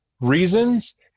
reasons